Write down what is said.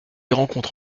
rencontre